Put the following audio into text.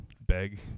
beg